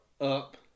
up